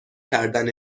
کردن